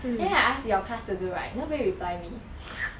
then I ask your class to do right nobody reply me